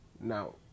now